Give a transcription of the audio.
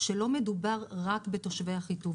שלא מדובר רק בתושבי אחיטוב.